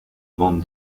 bande